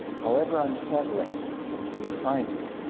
however unsettling you find it,